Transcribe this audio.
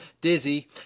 dizzy